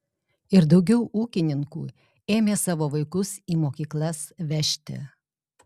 ir daugiau ūkininkų ėmė savo vaikus į mokyklas vežti